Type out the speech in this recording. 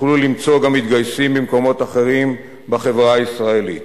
תוכלו למצוא מתגייסים גם במקומות אחרים בחברה הישראלית,